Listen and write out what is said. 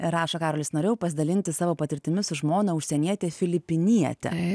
rašo karolis norėjau pasidalinti savo patirtimi su žmona užsienietė filipiniete